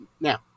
Now